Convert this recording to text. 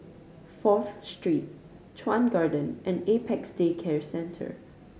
Fourth Street Chuan Garden and Apex Day Care Centre